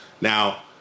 Now